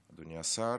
אדוני השר,